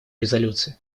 резолюции